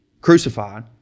crucified